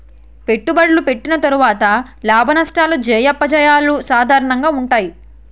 పెట్టుబడులు పెట్టిన తర్వాత లాభనష్టాలు జయాపజయాలు సాధారణంగా ఉంటాయి